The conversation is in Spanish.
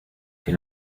que